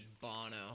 Bono